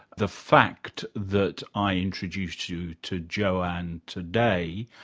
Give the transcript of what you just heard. the fact that i introduced you to joanne today,